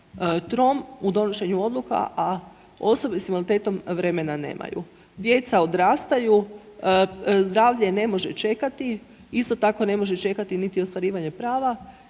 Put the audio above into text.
trom u donošenju odluka, a osobe s invaliditetom vremena nemaju. Djeca odrastaju, zdravlje ne može čekati, isto tako ne može čekati niti ostvarivanje prava